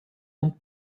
und